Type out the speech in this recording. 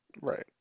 Right